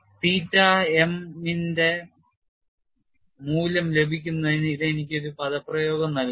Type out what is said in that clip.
തീറ്റ m ന്റെ മൂല്യം ലഭിക്കുന്നതിന് ഇത് എനിക്ക് ഒരു പദപ്രയോഗം നൽകുന്നു